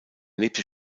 lebte